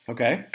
Okay